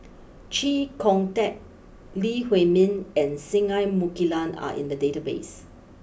Chee Kong Tet Lee Huei Min and Singai Mukilan are in the database